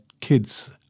kids